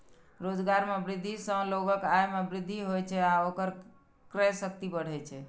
रोजगार मे वृद्धि सं लोगक आय मे वृद्धि होइ छै आ ओकर क्रय शक्ति बढ़ै छै